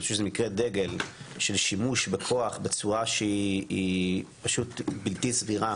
אני חושב שזה מקרה דגל של שימוש בכוח בצורה שהיא פשוט בלתי סבירה.